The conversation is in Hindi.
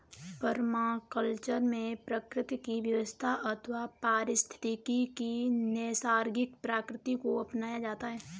परमाकल्चर में प्रकृति की व्यवस्था अथवा पारिस्थितिकी की नैसर्गिक प्रकृति को अपनाया जाता है